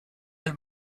del